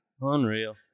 Unreal